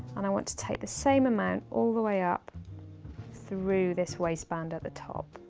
and i want to take the same amount all the way up through this waistband at the top.